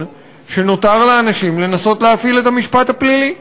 שנותר לאנשים לנסות להפעיל את המשפט הפלילי.